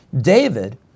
David